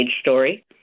story